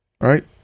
right